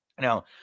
Now